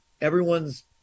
Everyone's